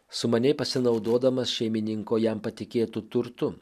sumaniai pasinaudodamas šeimininko jam patikėtu turtu